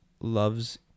loves